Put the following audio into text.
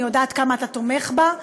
אני יודעת כמה אתה תומך בה.